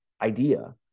idea